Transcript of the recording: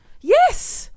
Yes